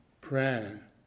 prayer